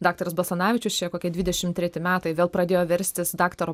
daktaras basanavičius čia kokie dvidešim treti metai vėl pradėjo verstis daktaro